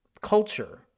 culture